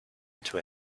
into